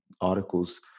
articles